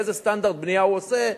איזה סטנדרט בנייה הוא עושה,